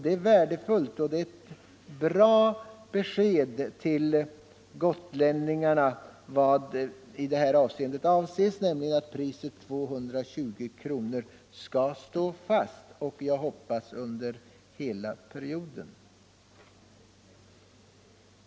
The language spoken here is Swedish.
Det är ett välkommet besked till gotlänningarna att priset 220 kronor skall stå fast, som jag hoppas, under hela perioden.